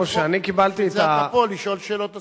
בשביל זה אתה פה, לשאול שאלות נוספות.